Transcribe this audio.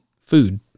Food